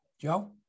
Joe